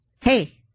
hey